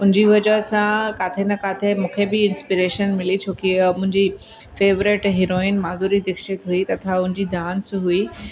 उन जी वजह सां किथे न किथे मूंखे बि इंस्पिरेशन मिली चुकी आहे और मुंहिंजी फ़ेवरेट हिरोइन माधुरी दीक्षित हुई तथा हुन जी डांस हुई